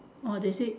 all they say